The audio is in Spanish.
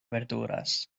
verduras